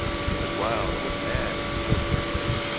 she looked wild, almost mad, as the chauffeur had said,